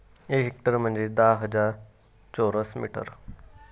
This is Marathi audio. एक हेक्टर म्हंजे दहा हजार चौरस मीटर